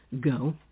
go